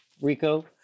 Rico